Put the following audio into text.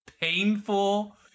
painful